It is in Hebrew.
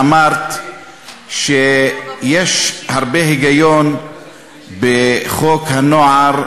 אמרת שיש הרבה היגיון בחוק הנוער,